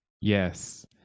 yes